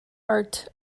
art